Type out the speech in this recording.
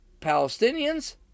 Palestinians